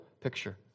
picture